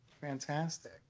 Fantastic